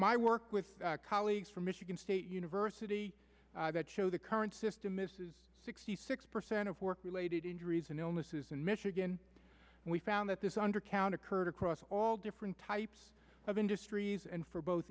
my work with colleagues from michigan state university that show the current system is sixty six percent of work related injuries and illnesses in michigan we found that this undercount occurred across all different types of industries and for both